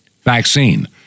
vaccine